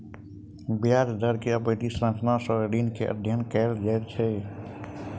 ब्याज दर के अवधि संरचना सॅ ऋण के अध्ययन कयल गेल